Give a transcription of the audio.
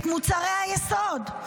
את מוצרי היסוד.